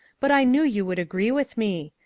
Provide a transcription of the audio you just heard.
but i knew you would agree with me.